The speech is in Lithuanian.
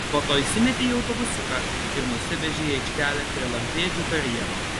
po to įsimetė į autobusiuką ir nusivežė į aikštelę prie lampėdžių karjero